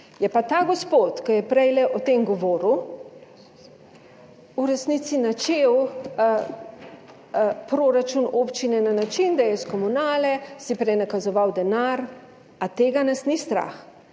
Je pa ta gospod, ki je prej o tem govoril, v resnici načel proračun občine na način, da je iz komunale si prej nakazoval denar, a tega nas ni strah?